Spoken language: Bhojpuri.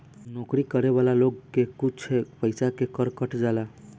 नौकरी करे वाला लोग के कुछ पइसा के कर कट जाला